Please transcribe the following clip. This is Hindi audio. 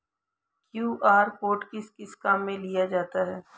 क्यू.आर कोड किस किस काम में लिया जाता है?